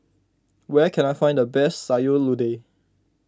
where can I find the best Sayur Lodeh